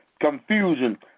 confusion